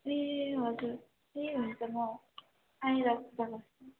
ए हजुर ए हुन्छ म आएर बताउँछु